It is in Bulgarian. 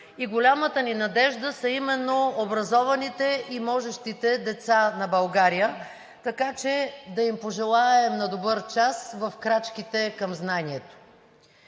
и голямата ни надежда са именно образованите и можещите деца на България. Така че да им пожелаем на добър час в крачките към знанието!